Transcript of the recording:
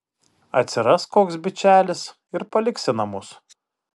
atsiras koks bičelis ir paliksi namus